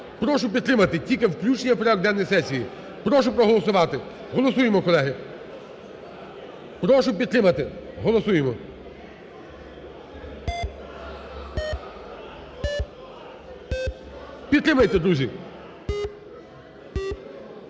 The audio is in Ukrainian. Прошу підтримати тільки включення в порядок денний сесії. Прошу проголосувати, голосуємо, колеги. Прошу підтримати, голосуємо. Підтримайте, друзі.